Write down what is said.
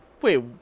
Wait